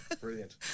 Brilliant